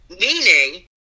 meaning